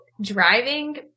driving